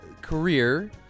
career